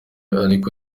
ariko